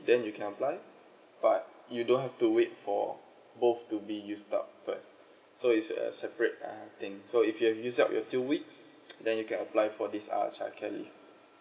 then you can apply but you don't have to wait for both to be used up first but so it's a separate uh thing so if you have used up your two weeks then you can apply for this uh childcare leave